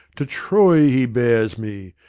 to troy he bears me.